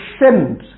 sent